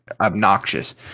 obnoxious